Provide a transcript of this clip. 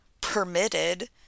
permitted